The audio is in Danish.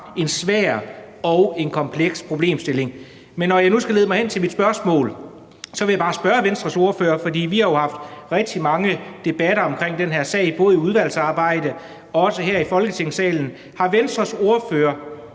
en svær og en kompleks problemstilling. Men for nu at lede mig hen til mit spørgsmål: Vi har jo haft rigtig mange debatter om den her sag, både i udvalgsarbejdet og også her i Folketingssalen. Har Venstres ordfører